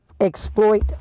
exploit